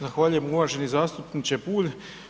Zahvaljujem uvaženi zastupniče Bulj.